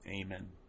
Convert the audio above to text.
Amen